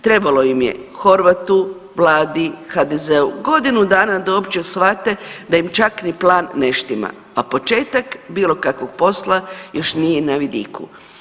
Trebalo im je Horvatu, vladi, HDZ-u godinu dana da uopće shvate da im čak ni plan ne štima, a početak bilo kakvog posla još nije na vidiku.